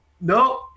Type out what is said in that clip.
No